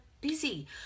busy